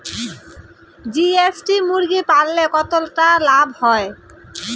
GST মুরগি পালনে কতটা লাভ হয়?